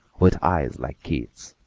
with eyes like keith's,